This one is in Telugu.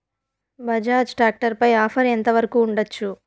బజాజ్ టాక్టర్ పై ఆఫర్ ఎంత వరకు ఉండచ్చు?